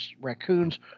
raccoons